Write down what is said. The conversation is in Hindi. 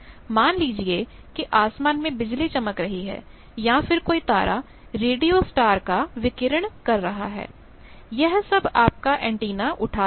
मान लीजिए कि आसमान में बिजली चमक रही है या फिर कोई तारा रेडियो स्टार का विकिरण कर रहा है यह सब आपका एंटीना उठा रहा है